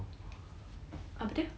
ya I don't like big big